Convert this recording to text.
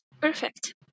perfect